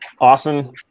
Awesome